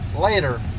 later